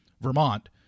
Vermont